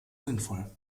sinnvoll